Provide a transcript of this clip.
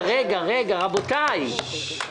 הצו אושר.